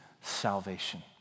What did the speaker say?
salvation